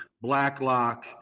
Blacklock